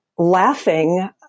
laughing